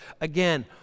Again